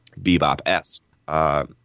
bebop-esque